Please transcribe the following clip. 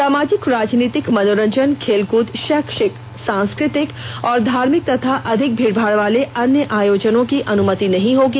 सामाजिक राजनीतिक मनोरंजन खेलकूद शैक्षिक सांस्कृतिक और धार्मिक तथा अधिक भीड़ भाड़ वाले अन्य आयोजनों की अनुमति नहीं होगी